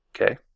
Okay